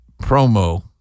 promo